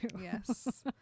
Yes